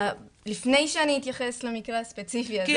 לפני שאני אתייחס למקרה הספציפי הזה --- אני